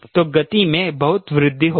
तो गति में बहुत वृद्धि होगी